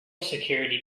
security